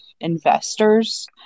investors